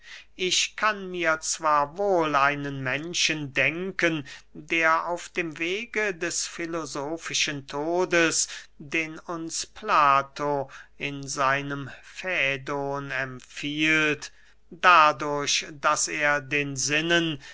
ich kann mir zwar wohl einen menschen denken der auf dem wege des filosofischen todes den uns plato in seinem fädon empfiehlt dadurch daß er den sinnen